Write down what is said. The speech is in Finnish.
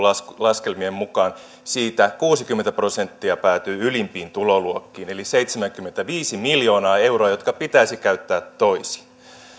laskelmien mukaan siitä kuusikymmentä prosenttia päätyy ylimpiin tuloluokkiin eli seitsemänkymmentäviisi miljoonaa euroa jotka pitäisi käyttää toisin